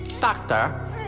doctor